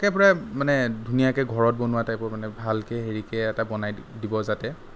একেবাৰে মানে ধুনীয়াকৈ ঘৰত বনোৱা টাইপৰ মানে ভালকৈ হেৰিকে এটা বনাই দি দিব যাতে